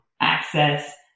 access